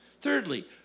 thirdly